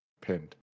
pinned